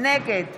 נגד